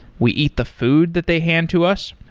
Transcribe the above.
we eat the food that they hand to us.